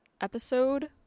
Episode